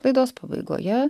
laidos pabaigoje